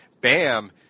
bam